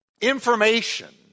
information